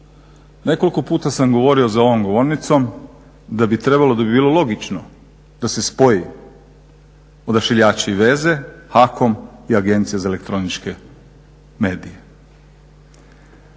Nekoliko puta sam govorio za ovom govornicom da bi bilo logično da se spoji Odašiljači i veze, HAKOM i Agencija za elektroničke medije.